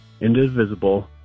indivisible